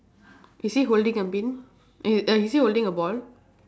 is he holding a bin eh uh is he holding a ball